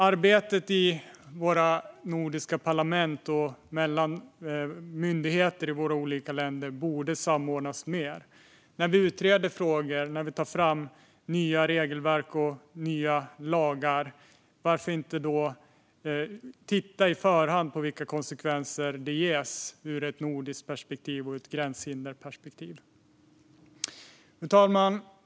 Arbetet i våra nordiska parlament och mellan myndigheter i våra olika länder borde samordnas mer. När vi utreder frågor och tar fram nya regelverk och lagar, varför inte då titta på förhand på vilka konsekvenser det blir ur ett nordiskt perspektiv och ur ett gränshinderperspektiv? Fru talman!